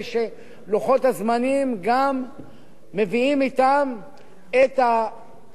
את המשאבים הנחוצים כדי ליישם את ההחלטות,